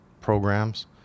programs